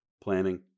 planning